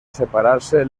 separarse